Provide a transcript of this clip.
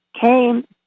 came